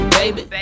baby